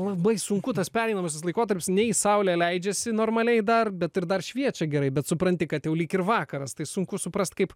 labai sunku tas pereinamasis laikotarpis nei saulė leidžiasi normaliai dar bet ir dar šviečia gerai bet supranti kad jau lyg ir vakaras tai sunku suprast kaip